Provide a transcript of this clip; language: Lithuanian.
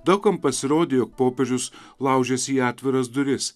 daug kam pasirodė jog popiežius laužiasi į atviras duris